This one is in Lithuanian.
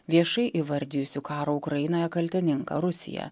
viešai įvardijusių karo ukrainoje kaltininką rusiją